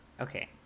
Okay